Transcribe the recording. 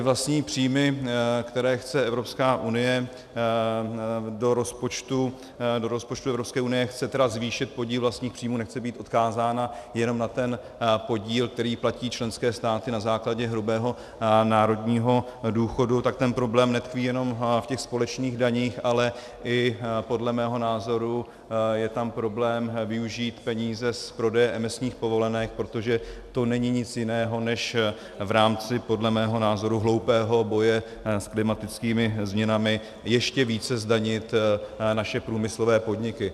Vlastní příjmy, které chce Evropská unie do rozpočtu, EU chce zvýšit podíl vlastních příjmů, nechce být odkázána jenom na podíl, který platí členské státy na základě hrubého národního důchodu, tak ten problém netkví jenom ve společných daních, ale i podle mého názoru je tam problém využít peníze z prodeje emisních povolenek, protože to není nic jiného než v rámci podle mého názoru hloupého boje s klimatickými změnami ještě více zdanit naše průmyslové podniky.